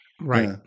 Right